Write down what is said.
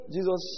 Jesus